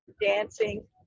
dancing